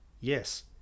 Yes